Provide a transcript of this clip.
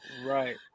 Right